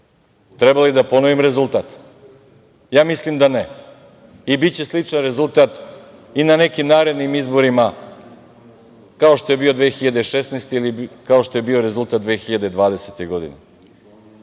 Treba li da ponovim rezultat? Ja mislim da ne. I biće sličan rezultat i na nekim narednim izborima kao što je bio 2016. ili kao što je bio rezultat 2020. godine,